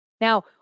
Now